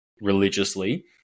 religiously